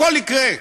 הכול יקרה,